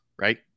right